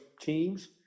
teams